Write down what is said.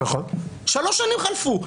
שלוש שנים חלפו.